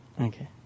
Okay